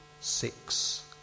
six